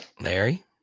Larry